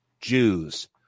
Jews